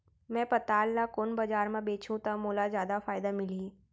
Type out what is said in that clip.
मैं पताल ल कोन बजार म बेचहुँ त मोला जादा फायदा मिलही?